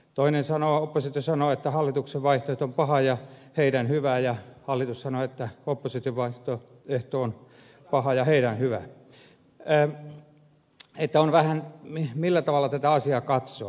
oppositio sanoo että hallituksen vaihtoehto on paha ja heidän hyvä ja hallitus sanoo että opposition vaihtoehto on paha ja heidän hyvä riippuu vähän siitä millä tavalla tätä asiaa katsoo